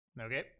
Okay